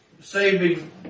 saving